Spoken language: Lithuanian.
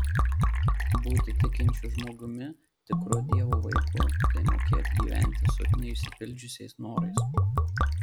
būti tikinčiu žmogumi tikru dievo vaiku tai mokėt gyventi su neišsipildžiusiais norais